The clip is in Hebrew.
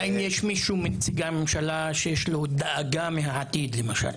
האם יש מישהו מנציגי הממשלה שיש לו דאגה מהעתיד למשל?